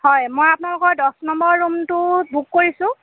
হয় মই আপোনালোকৰ দহ নম্বৰ ৰুমটো বুক কৰিছোঁ